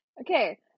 Okay